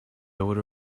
odor